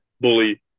bully